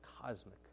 cosmic